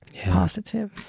positive